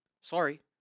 Sorry